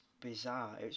bizarre